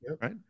right